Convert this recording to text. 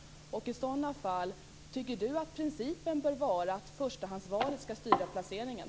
Om så är fallet, tycker utbildningsministern att principen bör vara att förstahandsvalet ska styra placeringen?